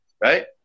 right